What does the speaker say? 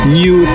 new